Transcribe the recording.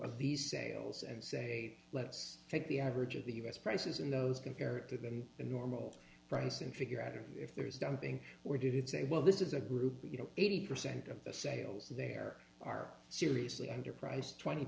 of these sales and say let's take the average of the u s prices in those comparative than the normal price and figure out or if there is dumping or did it say well this is a group you know eighty percent of the sales there are seriously underpriced twenty